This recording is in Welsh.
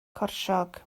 corsiog